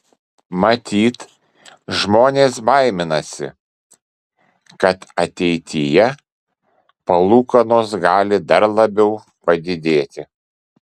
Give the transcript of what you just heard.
matyt žmonės baiminasi kad ateityje palūkanos gali dar labiau padidėti